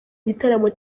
gitaramo